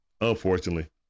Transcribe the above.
unfortunately